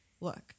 look